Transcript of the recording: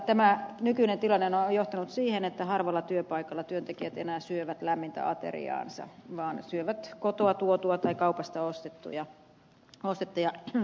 tämä nykyinen tilannehan on johtanut siihen että harvalla työpaikalla työntekijät enää syövät lämmintä ateriaansa vaan he syövät kotoa tuotua tai kaupasta ostettuja kylmiä eväitä